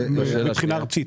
מבחינה ארצית.